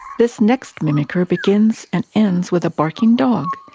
this next mimicker begins and ends with a barking dog,